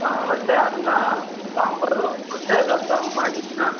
ಹಾಂ ಮತ್ತೆ ಅನ್ನ ಸಾಂಬಾರು ಮತ್ತೆ ರಸಮ್ ಮಾಡಿ ಹಾಂ